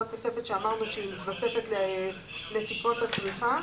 אותו תוספת שאמרנו שהיא מתווספת לתקרות הצריכה.